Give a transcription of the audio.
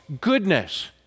goodness